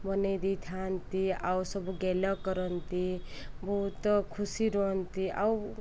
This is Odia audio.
ବନେଇ ଦେଇଥାନ୍ତି ଆଉ ସବୁ ଗେଲ କରନ୍ତି ବହୁତ ଖୁସି ରୁହନ୍ତି ଆଉ